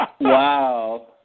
Wow